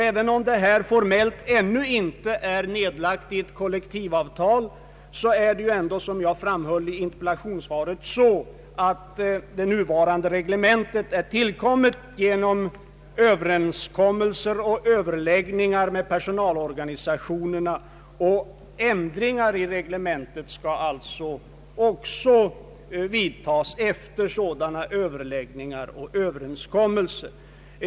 även om de här berörda frågorna ännu inte formellt är reglerade i ett kollektivavtal är det ändå — såsom jag framhöll i interpellationssvaret — på det sättet att det nuvarande reglementet har tillkommit genom Ööverenskommelser och överläggningar med personalorganisationerna. Ändringar i reglementet skall också vidtagas efter sådana överläggningar och överenskommelser.